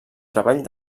treball